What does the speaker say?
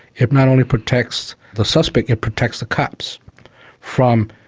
it not only protects the suspect, it protects the cops from.